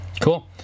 cool